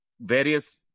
various